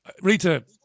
Rita